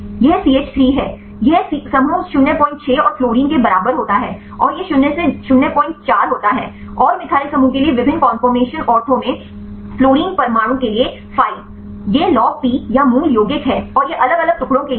यह CH3 है यह समूह 06 और फ्लोरीन के बराबर होता है और यह शून्य से 04 होता है और मिथाइल समूह के लिए विभिन्न कन्फोर्मशन ऑर्थो में फ्लोरीन परमाणु के लिए फाई यह लॉग पी या मूल यौगिक है और यह अलग अलग टुकड़ों के लिए है